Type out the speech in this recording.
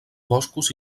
boscos